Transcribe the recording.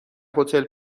هتل